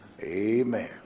Amen